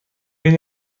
بین